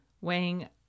weighing